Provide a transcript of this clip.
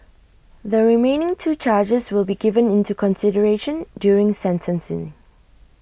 the remaining two charges will be given into consideration during sentencing